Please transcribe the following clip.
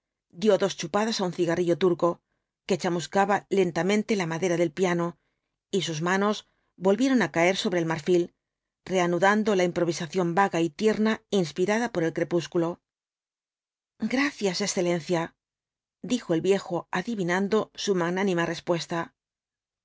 dos chupadas á un cigarrillo turco que chamuscaba lentamente la madera del piano y sus manos volvieron á caer sobre el marfil reanudando la improvisación vaga y tierna inspirada por el crepúsculo gracias excelencia dijo el viejo adivinando su magnánima respuesta